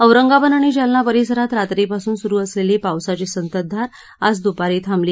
औरंगाबाद आणि जालना परिसरात रात्रीपासून सुरू असलेली पावसाची संततधार आज दुपारी थांबली